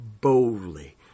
boldly